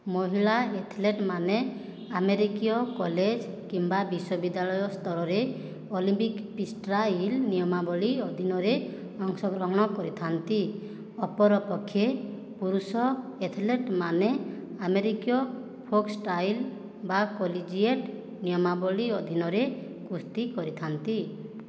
ମହିଳା ଏଥଲେଟ୍ମାନେ ଆମେରିକୀୟ କଲେଜ୍ କିମ୍ବା ବିଶ୍ୱବିଦ୍ୟାଳୟ ସ୍ତରରେ ଅଲିମ୍ପିକ୍ ଫ୍ରିଷ୍ଟାଇଲ ନିୟମାବଳି ଅଧୀନରେ ଅଂଶଗ୍ରହଣ କରିଥାନ୍ତି ଅପର ପକ୍ଷେ ପୁରୁଷ ଏଥଲେଟ୍ମାନେ ଆମେରିକୀୟ ଫୋକ ଷ୍ଟାଇଲ ବା କଲିଜିଏଟ୍ ନିୟମାବଳି ଅଧୀନରେ କୁସ୍ତି କରିଥାନ୍ତି